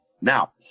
Now